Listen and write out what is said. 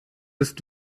ist